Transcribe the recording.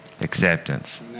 Acceptance